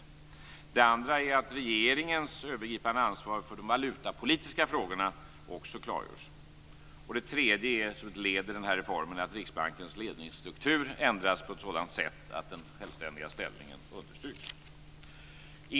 Den andra förändringen är att regeringens övergripande ansvar för de valutapolitiska frågorna klargörs. Den tredje förändringen är, som ett led i denna reform, att Riksbankens ledningsstruktur ändras på ett sådant sätt att Riksbankens självständiga ställning understryks.